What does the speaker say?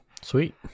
Sweet